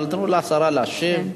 אבל תנו לשרה להשיב.